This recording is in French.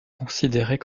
considérée